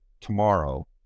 tomorrow